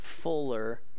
fuller